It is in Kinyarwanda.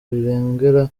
rirengera